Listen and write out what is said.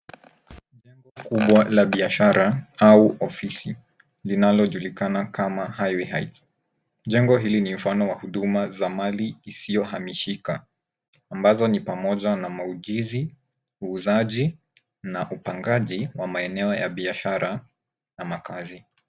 Jengo kubwa la biashara au ofisi linalojulikana kama highway heights . Jengo hili ni mfano wa huduma za mali isiyohamishika ambazo ni pamoja na maujizi, uuzaji na upangaji wa maeneo ya biashara na makazi.